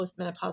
postmenopausal